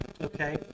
okay